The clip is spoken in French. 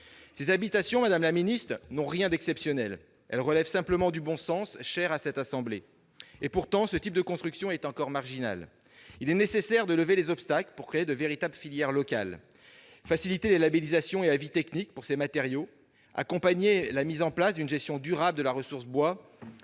Ces habitations, madame la ministre, n'ont rien d'exceptionnel ; elles relèvent simplement du bon sens, principe qui est cher à cette assemblée. Et pourtant, ce type de construction est encore marginal. Il est nécessaire de lever les obstacles pour créer de véritables filières locales, faciliter la labélisation et la délivrance d'avis techniques pour ces matériaux, accompagner la mise en place d'une gestion durable de la ressource en bois,